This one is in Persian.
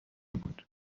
بود